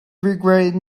regretted